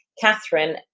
Catherine